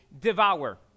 devour